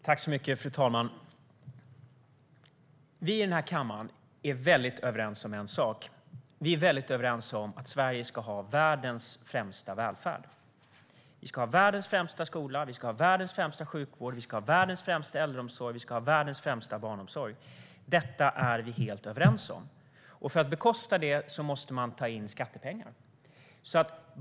Fru talman! Vi i den här kammaren är väldigt överens om en sak, nämligen att Sverige ska ha världens främsta välfärd. Vi ska ha världens främsta skola, världens främsta sjukvård, världens främsta äldreomsorg och världens främsta barnomsorg. Detta är vi helt överens om. Och för att bekosta det måste man ta in skattepengar.